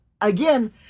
Again